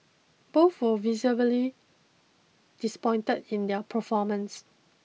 both were visibly disappointed in their performance